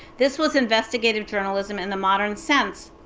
this was investigative journalism in the modern sense.